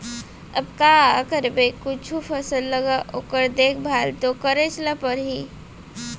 अब का करबे कुछु फसल लगा ओकर देखभाल तो करेच ल परही